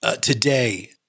today